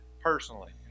personally